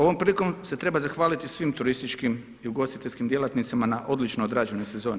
Ovom prilikom se treba zahvaliti svim turističkim i ugostiteljskim djelatnicima na odlično odrađenoj sezoni.